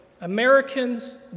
Americans